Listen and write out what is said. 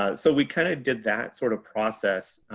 ah so we kind of did that sort of process.